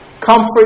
comfort